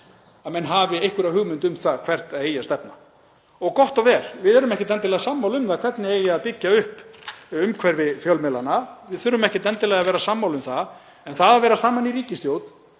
að menn hafi einhverja hugmynd um hvert eigi að stefna. Og gott og vel, við erum ekkert endilega sammála um hvernig eigi að byggja upp umhverfi fjölmiðlanna, við þurfum ekkert endilega að vera sammála um það, en að vera saman í ríkisstjórn